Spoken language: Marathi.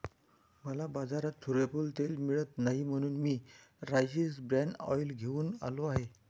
मला बाजारात सूर्यफूल तेल मिळत नाही म्हणून मी राईस ब्रॅन ऑइल घेऊन आलो आहे